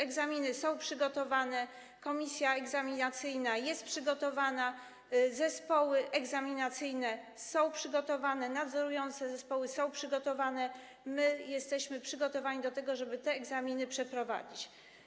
Egzaminy są przygotowane, komisja egzaminacyjna jest przygotowana, zespoły egzaminacyjne są przygotowane, nadzorujące zespoły są przygotowane i my jesteśmy przygotowani do tego, żeby te egzaminy przeprowadzić.